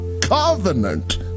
covenant